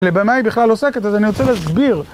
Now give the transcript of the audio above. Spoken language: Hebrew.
לבמה היא בכלל עוסקת אז אני רוצה להסביר